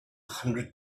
hundred